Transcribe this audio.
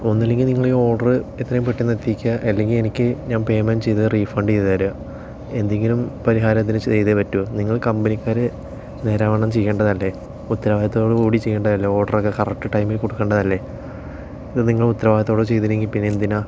ഒന്നില്ലെങ്കിൽ നിങ്ങളെ ഓർഡർ എത്രയും പെട്ടെന്ന് എത്തിക്കുക അല്ലെങ്കിൽ എനിക്ക് ഞാൻ പേയ്മെന്റ് ചെയ്തത് റീഫണ്ട് ചെയ്ത് തരിക എന്തെങ്കിലും പരിഹാരം അതിന് ചെയ്തേ പറ്റൂ നിങ്ങൾ കമ്പനിക്കാർ നേരാംവണ്ണം ചെയ്യേണ്ടതല്ലേ ഉത്തരവാദിത്വത്തോടു കൂടി ചെയ്യേണ്ട ഓർഡറുകൾ ഒക്കെ കറക്ട് ടൈമിൽ കൊടുക്കേണ്ടതല്ലേ ഇത് നിങ്ങൾ ഉത്തരവാദിത്വത്തോടു കൂടി ചെയ്തില്ലെങ്കിൽ പിന്നെ എന്തിനാണ്